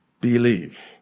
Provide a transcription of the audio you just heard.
believe